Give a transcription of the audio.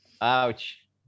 Ouch